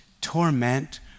torment